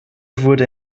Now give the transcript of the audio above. wurde